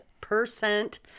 percent